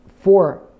four